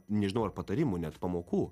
nežinau ar patarimų net pamokų